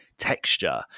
Texture